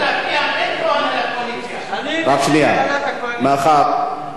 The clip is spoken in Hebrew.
פטור מאגרה בשל האטה ממהירות הנסיעה המותרת),